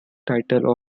title